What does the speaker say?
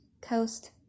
coast